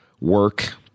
work